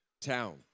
town